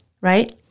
right